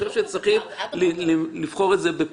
אני חושב שצריכים לבחור את זה בפינצטה.